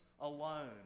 alone